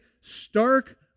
stark